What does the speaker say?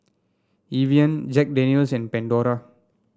Evian Jack Daniel's and Pandora